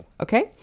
Okay